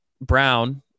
Brown